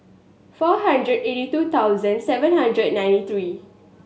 four hundred eighty two thousand seven hundred ninety three